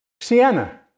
Sienna